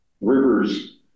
rivers